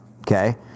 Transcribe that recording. Okay